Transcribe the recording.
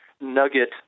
nugget